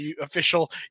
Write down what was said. official